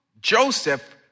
Joseph